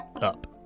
up